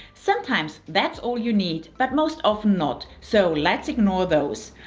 sometimes that's all you need, but most often not. so let's ignore those.